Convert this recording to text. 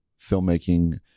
filmmaking